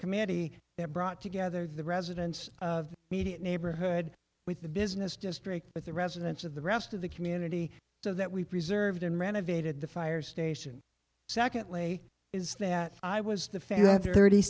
committee that brought together the residents of the media neighborhood with the business just break with the residents of the rest of the community so that we preserved and renovated the fire station secondly is that i was the fact that thirty